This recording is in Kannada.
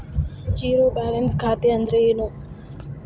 ಝೇರೋ ಬ್ಯಾಲೆನ್ಸ್ ಖಾತೆ ಅಂದ್ರೆ ಏನು?